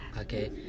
Okay